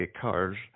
cars